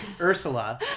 Ursula